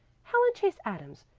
helen chase adams,